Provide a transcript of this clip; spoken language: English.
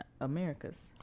America's